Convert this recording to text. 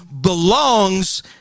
belongs